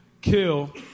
kill